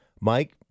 Mike